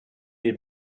had